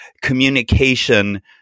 communication